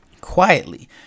quietly